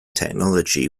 technology